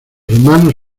humanos